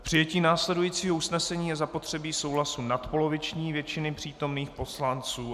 K přijetí následujícího usnesení je zapotřebí souhlasu nadpoloviční většiny přítomných poslanců.